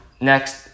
Next